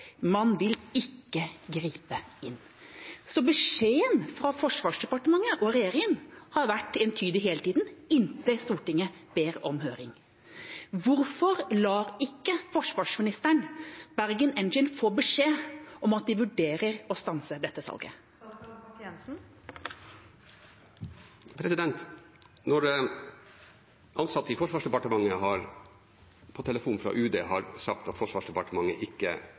Man vil ikke gripe inn. Så beskjeden fra Forsvarsdepartementet og regjeringa har vært entydig hele tida – inntil Stortinget ber om høring. Hvorfor lar ikke forsvarsministeren Bergen Engines få beskjed om at de vurderer å stanse dette salget? Når ansatte i Forsvarsdepartementet på telefon med UD har sagt at Forsvarsdepartementet ikke